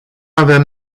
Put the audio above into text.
avem